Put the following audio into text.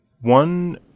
one